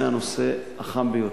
זה הנושא החם ביותר.